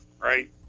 right